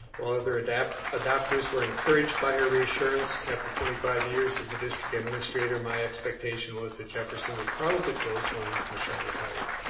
well other adopters adopters were encouraged by her reassurance after twenty five years as a district's administrator my expectation was that jefferson would probably close when michelle retired.